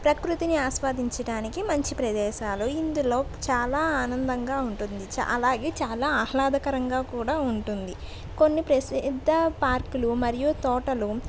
ప్రకృతిని ఆస్వాదించడానికి మంచి ప్రదేశాలు ఇందులో చాలా ఆనందంగా ఉంటుంది అలాగే చాలా ఆహ్లాదకరంగా కూడా ఉంటుంది కొన్ని ప్రసిద్ధ పార్కులు మరియు తోటలు